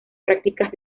prácticas